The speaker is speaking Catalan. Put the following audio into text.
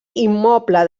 immoble